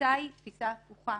התפיסה היא תפיסה הפוכה